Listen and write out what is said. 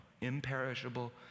imperishable